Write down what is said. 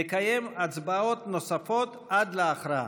נקיים הצבעות נוספות עד להכרעה.